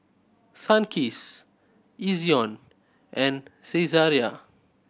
Sunkist Ezion and Saizeriya